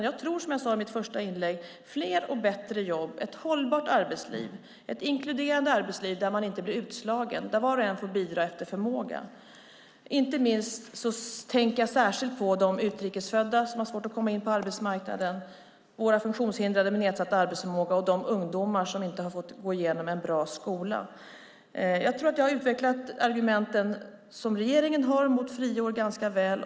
Jag tror, som jag sade i mitt första inlägg, på fler och bättre jobb, ett hållbart arbetsliv och ett inkluderande arbetsliv där man inte blir utslagen och där var och en får bidra efter förmåga. Inte minst tänker jag på de utrikesfödda som har svårt att komma in på arbetsmarknaden, på våra funktionshindrade med nedsatt arbetsförmåga och på de ungdomar som inte har fått gå igenom en bra skola. Jag tror att jag har utvecklat argumenten som regeringen har mot friår ganska väl.